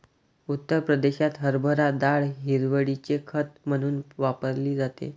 उत्तर प्रदेशात हरभरा डाळ हिरवळीचे खत म्हणून वापरली जाते